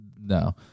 No